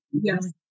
Yes